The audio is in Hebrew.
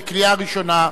קריאה ראשונה.